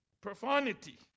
profanity